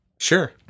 sure